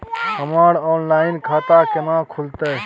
हमर ऑनलाइन खाता केना खुलते?